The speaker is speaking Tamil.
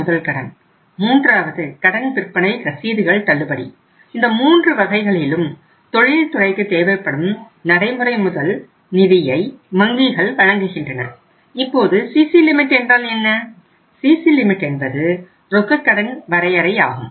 முதல் முறை சிசி லிமிட் என்பது ரொக்கக்கடன் வரையறை ஆகும்